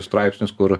straipsnius kur